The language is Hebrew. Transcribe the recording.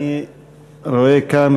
אני רואה כאן